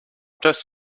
just